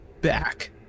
back